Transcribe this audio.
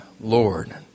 Lord